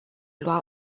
lua